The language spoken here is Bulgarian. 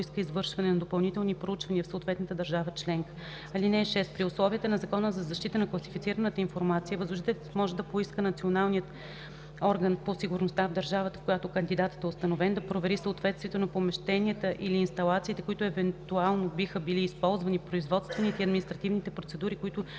поиска извършване на допълнителни проучвания в съответната държава членка. (6) При условията на Закона за защита на класифицираната информация възложителят може да поиска националният орган по сигурността в държавата, в която кандидатът е установен, да провери съответствието на помещенията или инсталациите, които евентуално биха били използвани, производствените и административните процедури, които